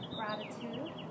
gratitude